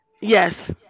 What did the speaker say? Yes